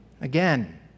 again